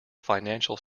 financial